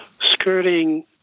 skirting